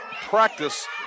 practice